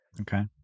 Okay